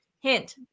hint